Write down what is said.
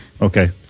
Okay